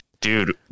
dude